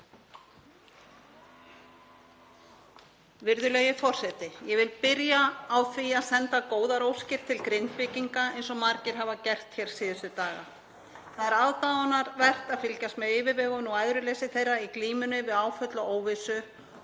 Virðulegi forseti. Ég vil byrja á því að senda góðar óskir til Grindvíkinga eins og margir hafa gert hér síðustu daga. Það er aðdáunarvert að fylgjast með yfirvegun og æðruleysi þeirra í glímunni við áföll og óvissu